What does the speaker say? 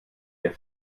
der